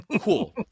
Cool